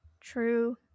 True